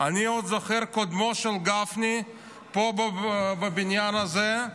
אני עוד זוכר את קודמו של גפני פה בבניין הזה,